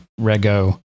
rego